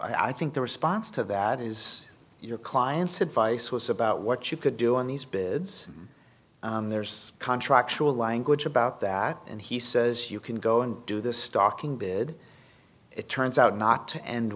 the i think the response to that is your client's advice was about what you could do in these bids there's a contract to a language about that and he says you can go and do this stocking bid it turns out not to end